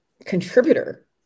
contributor